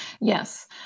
Yes